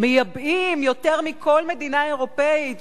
מייבאים יותר מכל מדינה אירופית,